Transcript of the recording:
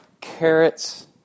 carrots